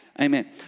Amen